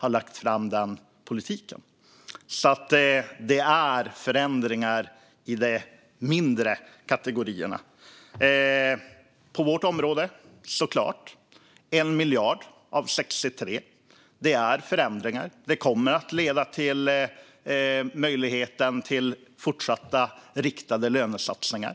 Det är fråga om förändringar i de mindre kategorierna. På vårt område handlar det om 1 miljard av 63. Visst innebär det förändringar. Det kommer att leda till en möjlighet till fortsatta riktade lönesatsningar.